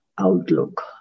outlook